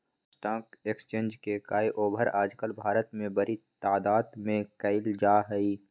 stock exchange के काएओवार आजकल भारत में बडी तादात में कइल जा हई